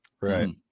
Right